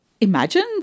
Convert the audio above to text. imagine